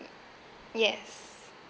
yes